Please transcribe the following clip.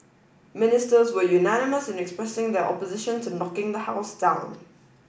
ministers were unanimous in expressing their opposition to knocking the house down